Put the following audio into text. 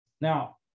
Now